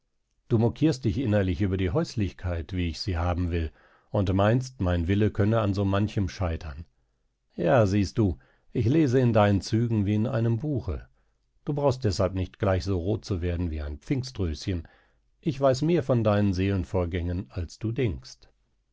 du mokierst dich innerlich über die häuslichkeit wie ich sie haben will und meinst mein wille könne an so manchem scheitern ja siehst du ich lese in deinen zügen wie in einem buche du brauchst deshalb nicht gleich so rot zu werden wie ein pfingströschen ich weiß mehr von deinen seelenvorgängen als du denkst